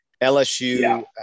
LSU